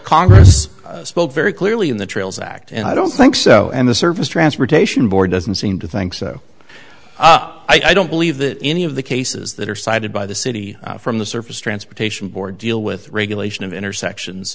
congress spoke very clearly in the trails act and i don't think so and the surface transportation board doesn't seem to think so i don't believe that any of the cases that are cited by the city from the surface transportation board deal with regulation of intersections